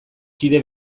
kide